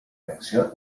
reacció